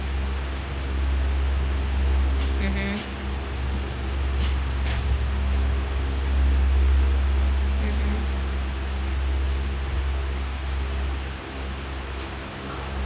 mmhmm mmhmm